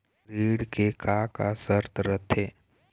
ऋण के का का शर्त रथे?